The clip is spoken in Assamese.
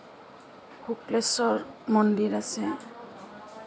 শুক্লেশ্বৰ মন্দিৰ আছে